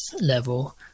level